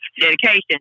dedication